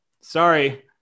sorry